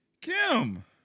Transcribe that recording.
Kim